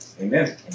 amen